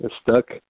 stuck